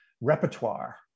repertoire